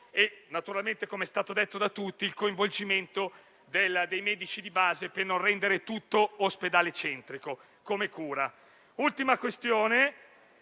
come è stato detto da tutti, con il coinvolgimento dei medici di base non rendere tutto "ospedale centrico" come cura.